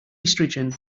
estrogen